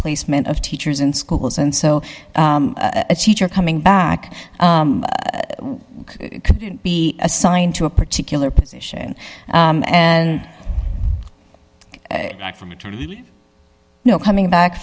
placement of teachers in schools and so a teacher coming back to be assigned to a particular position and from no coming back